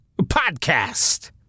Podcast